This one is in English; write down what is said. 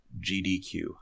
gdq